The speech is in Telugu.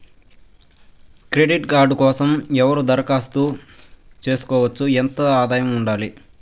క్రెడిట్ కార్డు కోసం ఎవరు దరఖాస్తు చేసుకోవచ్చు? ఎంత ఆదాయం ఉండాలి?